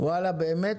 באמת